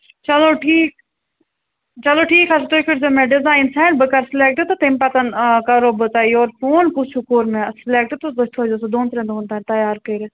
چلو ٹھیٖک چلو ٹھیٖک حظ تُہۍ کٔرۍزیٚو مےٚ ڈِزایِن سٮ۪نٛڈ بہٕ کرٕ سِلیکٹہٕ تہٕ تَمہِ پَتہٕ کَرو آ کرہو بہٕ تۄہہِ یورٕ فون کُس ہیٛوٗ کوٚر مےٚ سِلیکٹہٕ تہٕ تُہۍ تھٲوزیٚو سُہ دۄن ترٛٮ۪ن دۄہَن تانۍ تَیار کٔرِتھ